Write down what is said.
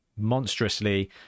monstrously